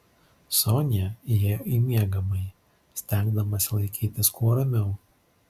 sonia įėjo į miegamąjį stengdamasi laikytis kuo ramiau